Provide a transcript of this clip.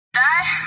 die